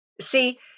See